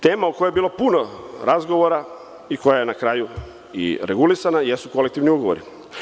Tema o kojoj je bilo puno razgovora i koja je na kraju i regulisana jesu kolektivni ugovori.